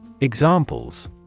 Examples